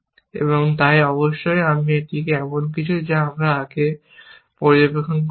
এবং তাই অবশ্যই এটি এমন কিছু যা আমরা আগে পর্যবেক্ষণ করেছি